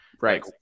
Right